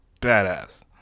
badass